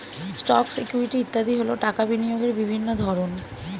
stocks, equity ইত্যাদি হল টাকা বিনিয়োগের বিভিন্ন ধরন